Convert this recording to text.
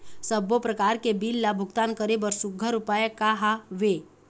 सबों प्रकार के बिल ला भुगतान करे बर सुघ्घर उपाय का हा वे?